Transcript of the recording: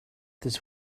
this